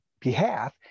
behalf